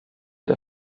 der